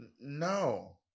No